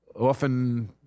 often